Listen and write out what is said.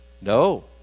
No